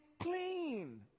clean